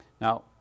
Now